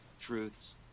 truths